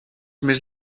més